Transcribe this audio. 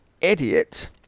idiot